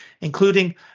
including